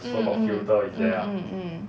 mm mm mm mm mm